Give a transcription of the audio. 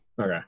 Okay